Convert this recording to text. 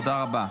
תודה רבה.